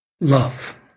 love